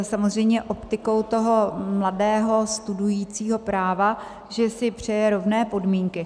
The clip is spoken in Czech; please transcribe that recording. Samozřejmě optikou toho mladého studujícího práva, že si přeje rovné podmínky.